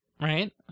right